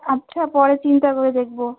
আচ্ছা পরে চিন্তা করে দেখবো